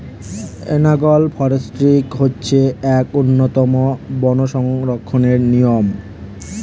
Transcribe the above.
analogue forestry হচ্ছে এক উন্নতম বন সংরক্ষণের নিয়ম